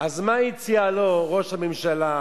המדינה הפלסטינית, ישראל וארצות-הברית,